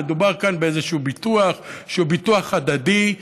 מדובר כאן באיזשהו ביטוח שהוא ביטוח הדדי.